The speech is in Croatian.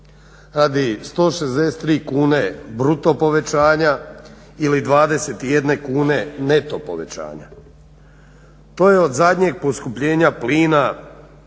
radi 163 kune bruto povećanja ili 21 kune neto povećanja. To je od zadnjeg poskupljenja plina